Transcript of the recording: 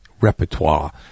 repertoire